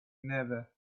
never